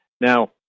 Now